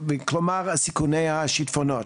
כלומר סיכוני השטפונות.